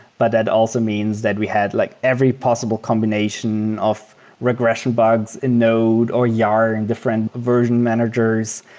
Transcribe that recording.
but that also means that we had like every possible combination of regression bugs in node or yar in different version managers.